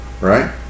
right